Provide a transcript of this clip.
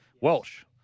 Welsh